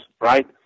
right